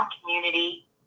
community